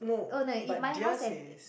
oh no if my house have